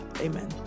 Amen